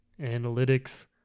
analytics